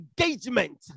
engagement